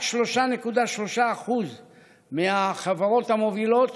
רק 3.3% מהחברות המובילות